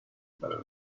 para